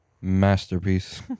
masterpiece